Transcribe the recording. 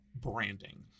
branding